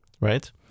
right